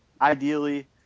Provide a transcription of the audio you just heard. ideally